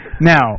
Now